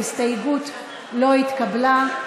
ההסתייגות לא התקבלה.